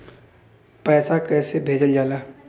पैसा कैसे भेजल जाला?